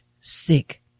sick